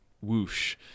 whoosh